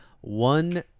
one